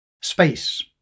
Space